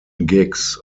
gigs